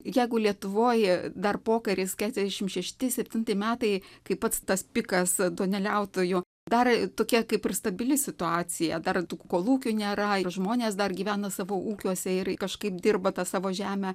jeigu lietuvoje dar pokaris keturiasdešimt šešti septinti metai kai pats tas pikas duoneliautojų dar tokia kaip ir stabili situacija dar tų kolūkių nėra ir žmonės dar gyvena savo ūkiuose ir kažkaip dirba tą savo žemę